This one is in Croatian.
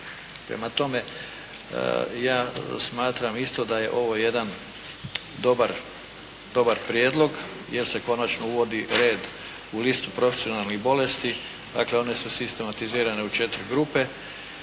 Prema tome, ja smatram isto da je ovo jedan dobar prijedlog jer se konačno uvodi red u listu profesionalnih bolesti. Dakle, one su sistematizirane u četiri grupe.